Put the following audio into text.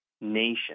nation